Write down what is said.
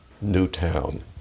Newtown